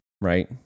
right